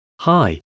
Hi